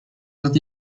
with